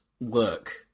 work